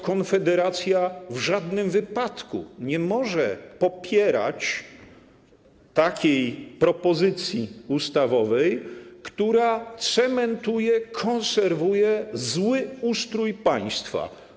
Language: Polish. Konfederacja w żadnym wypadku nie może popierać takiej propozycji ustawowej, która cementuje, konserwuje zły ustrój państwa.